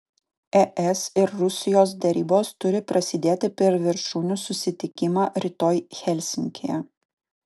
es ir rusijos derybos turi prasidėti per viršūnių susitikimą rytoj helsinkyje